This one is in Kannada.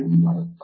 ಎಂಬರ್ಥ